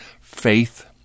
faith